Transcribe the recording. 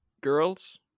girls